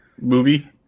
movie